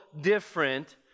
different